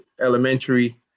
elementary